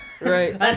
Right